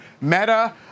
Meta